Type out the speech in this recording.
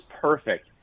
perfect